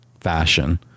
fashion